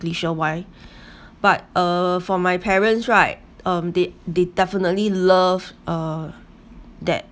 sure why but uh for my parents right um they they definitely love uh that